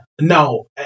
No